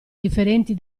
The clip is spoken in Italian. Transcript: differenti